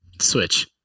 Switch